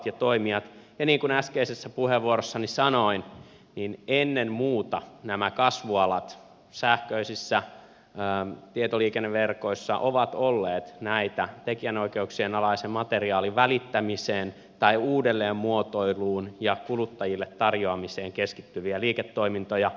ja niin kuin äskeisessä puheenvuorossani sanoin ennen muuta nämä kasvualat sähköisissä tietoliikenneverkoissa ovat olleet näitä tekijänoikeuksien alaisen materiaalin välittämiseen tai uudelleenmuotoiluun ja kuluttajille tarjoamiseen keskittyviä liiketoimintoja